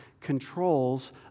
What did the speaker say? controls